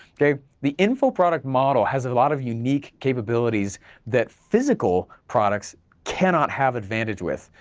okay, the info product model has a lot of unique capabilities that physical products cannot have advantage with,